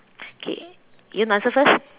okay you want to answer first